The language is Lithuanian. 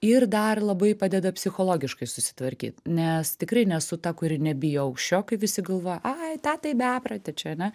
ir dar labai padeda psichologiškai susitvarkyt nes tikrai nesu ta kuri nebijo aukščio kaip visi galvoja ai ta tai beprotė čia ane